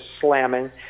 slamming